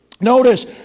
Notice